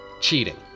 cheating